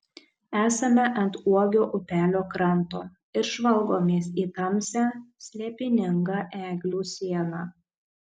esame ant uogio upelio kranto ir žvalgomės į tamsią slėpiningą eglių sieną